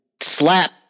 slap